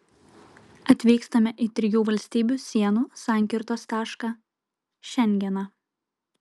atvykstame į trijų valstybių sienų sankirtos tašką šengeną